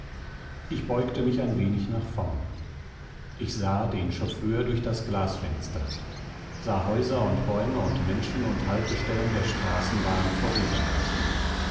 ich beugte mich ein wenig nach vorn ich sah den chauffeur durch das glasfenster sah häuser und bäume und menschen und haltestellen der straßenbahn